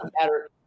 matter